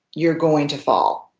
you're going to fall.